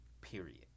period